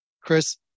Chris